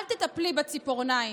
אל תטפלי בציפורניים,